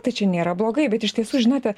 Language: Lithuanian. tai čia nėra blogai bet iš tiesų žinote